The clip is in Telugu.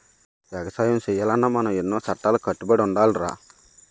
ఎగసాయం సెయ్యాలన్నా మనం ఎన్నో సట్టాలకి కట్టుబడి ఉండాలిరా